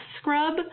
scrub